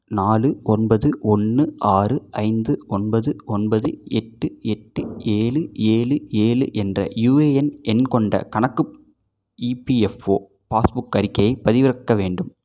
நாலு ஒன்பது ஒன்று ஆறு ஐந்து ஒன்பது ஒன்பது எட்டு எட்டு ஏழு ஏழு ஏழு என்ற யுஏஎன் எண் கொண்ட கணக்கு இபிஎஃப்ஒ பாஸ்புக் அறிக்கையை பதிவிறக்க வேண்டும்